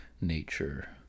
nature